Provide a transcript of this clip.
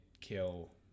kill